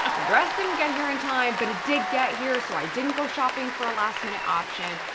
um the dress didn't get here in time, but it did get here so i didn't go shopping for a last-minute option.